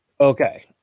Okay